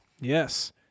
yes